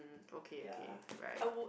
okay okay right